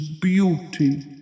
beauty